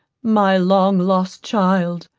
my long lost child.